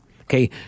okay